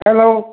hello